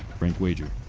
frank wager.